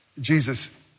Jesus